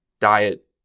diet